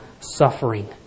suffering